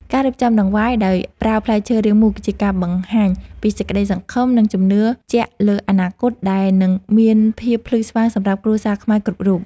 ការរៀបចំដង្វាយដោយប្រើផ្លែឈើរាងមូលគឺជាការបង្ហាញពីសេចក្តីសង្ឃឹម និង ជំនឿជាក់លើអនាគតដែលនឹងមានភាពភ្លឺស្វាងសម្រាប់គ្រួសារខ្មែរគ្រប់រូប។